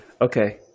Okay